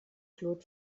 claude